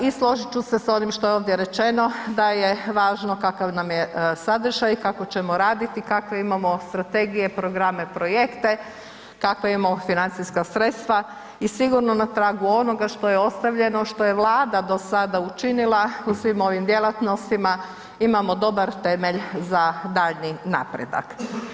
I složit ću se s onim što je ovdje rečeno, da je važno kakav nam je sadržaj i kako ćemo raditi i kakve imamo strategije, programe, projekte, kakva imamo financijska sredstva i sigurno na tragu onoga što je ostavljeno, što je Vlada do sada učinila u svim ovim djelatnostima, imamo dobar temelj za daljnji napredak.